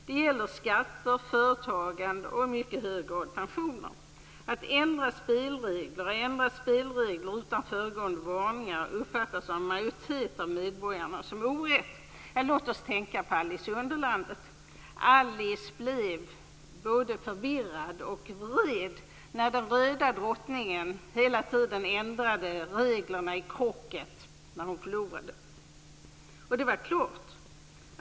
Det gäller skatter, företagande och i mycket hög grad pensioner. Att ändra spelregler och att ändra spelregler utan föregående varningar uppfattas av en majoritet av medborgarna som orätt. Låt oss tänka på Alice i Underlandet. Alice blev både förvirrad och vred när den röda drottningen hela tiden ändrade reglerna i krocket när hon förlorade. Det var klart.